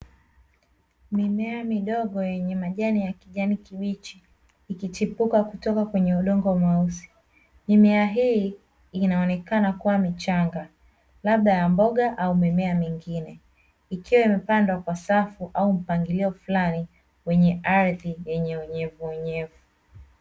Mimea midogo yenye majani ya kijani kibichi ikichipuka kutoka kwenye udongo mweusi, mimea hii inaonekana kuwa michanga labda ya mboga au mimea mingine, ikiwa imepandwa kwa safu au mpangilio fulani kwenye ardhi yenye unyevunyevu.